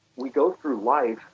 we go through life,